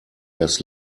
das